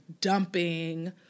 dumping